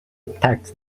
attacks